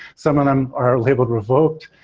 some of them are labeled revoked.